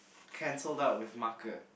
cancel out with marker